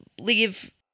leave